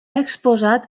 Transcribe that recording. exposat